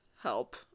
help